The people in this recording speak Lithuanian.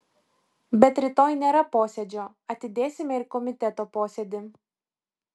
bet rytoj nėra posėdžio atidėsime ir komiteto posėdį